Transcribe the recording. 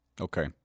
Okay